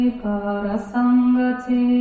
parasangati